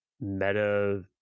meta